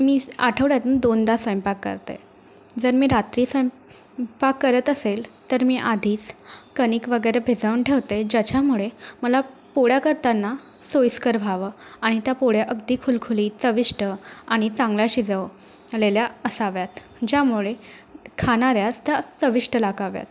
miss आठवड्यातन दोनदा स्वैंपाक करते जर मी रात्री स्वैंपाक करत असेल तर मी आधीच कणिक वगैरे भिजावून ठेवते ज्याच्यामुळे मला पोळ्या करताना सोयीस्कर व्हावं आणि त्या पोळ्या अगदी खुसखुशीत चविष्ट आणि चांगल्या शिजव लेल्या असाव्यात ज्यामुळे खाणाऱ्यास त्या चविष्ट लागाव्यात